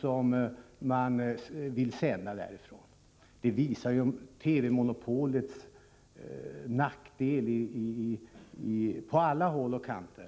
som man vill sända från Göteborg. Att han gjort det visar att TV-monopolet har nackdelar på alla håll och kanter.